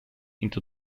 into